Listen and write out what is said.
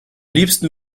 liebsten